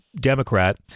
Democrat